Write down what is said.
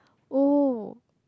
oh